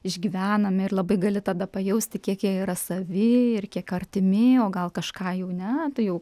išgyvenami ir labai gali tada pajausti kiek jie yra savi ir kiek artimi o gal kažką jau ne tai jau